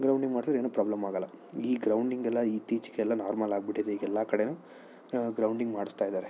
grounding ಮಾಡ್ಸಿದ್ರೆ ಏನೂ ಪ್ರಾಬ್ಲಮಾಗೋಲ್ಲ ಈ ಗ್ರೌಂಡಿಂಗೆಲ್ಲ ಇತ್ತೀಚೆಗೆಲ್ಲ ನಾರ್ಮಲ್ ಆಗಿಬಿಟ್ಟಿದೆ ಈಗ ಎಲ್ಲ ಕಡೆಯೂ ಗ್ರೌಂಡಿಂಗ್ ಮಾಡಿಸ್ತಾ ಇದ್ದಾರೆ